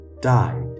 died